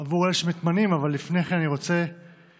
עבור אלה שמתמנים, אבל לפני כן אני רוצה להצטער